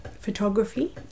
photography